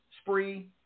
spree